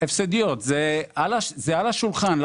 זה על השולחן.